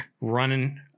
running